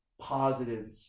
positive